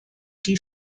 die